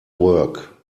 work